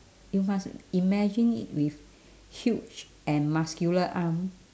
you must imagine it with huge and muscular arm